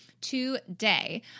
today